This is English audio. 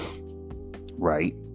right